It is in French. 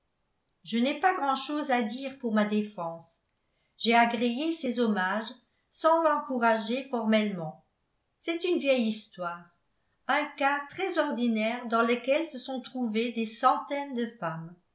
je n'ai pas grand'chose à dire pour ma défense j'ai agréé ses hommages sans l'encourager formellement c'est une vieille histoire un cas très ordinaire dans lequel se sont trouvées des centaines de femmes